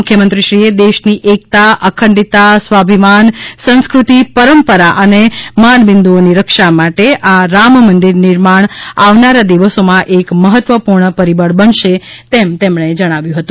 મુખ્યમંત્રીશ્રીએ દેશની એકતા અખંડિતતા સ્વાભિમાન સંસ્કૃતિ પરંપરા અને માનબિંદૃઓની રક્ષા માટે આ રામમંદિર નિર્માણ આવનારા દિવસોમાં એક મહત્વપૂર્ણ પરિબળ બનશે એમ પણ ઉમેર્યુ છે